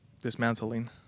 dismantling